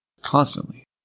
constantly